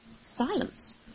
Silence